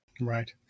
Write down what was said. Right